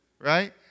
right